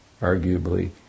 arguably